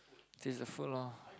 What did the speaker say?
taste the food lor